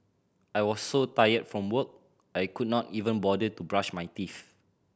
I was so tired from work I could not even bother to brush my teeth